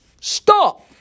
stop